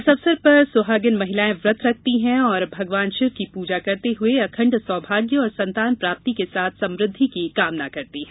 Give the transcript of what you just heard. इस अवसर पर सुहागिन महिलाएं व्रत रखती है और भगवान शिव की पूजा करते हुए अखंड सौभाग्य और संतान प्राप्ति के साथ समृद्धि की कामना करती है